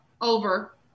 over